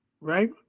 Right